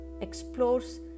explores